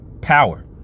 power